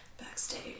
Backstage